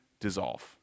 dissolve